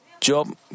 Job